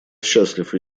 счастлив